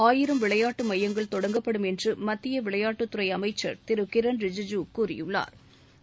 ஆயிரம் விளையாட்டு மையங்கள் தொடங்கப்படும் என்று மத்திய விளையாட்டுத்துறை அமைச்சா் திரு கிரண் ரிஜிஜூ கூறியுள்ளாா்